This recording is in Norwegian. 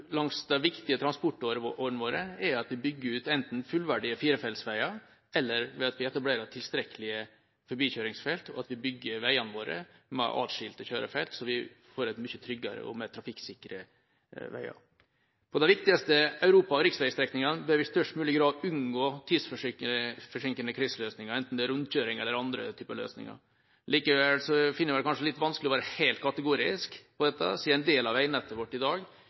langs de viktige transportårene våre, er at vi bygger ut enten fullverdige firefeltsveier, eller at vi etablerer tilstrekkelige forbikjøringsfelt, og at vi bygger veiene våre med atskilte kjørefelt, så vi får mye tryggere og mer trafikksikre veier. På de viktigste europavei- og riksveistrekningene bør vi i størst mulig grad unngå tidsforsinkende kryssløsninger, enten det er rundkjøringer eller andre typer løsninger. Likevel finner jeg det kanskje litt vanskelig å være helt kategorisk på dette, siden en del av veinettet vårt i dag